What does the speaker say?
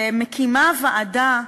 ומקימים ועדה,